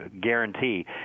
guarantee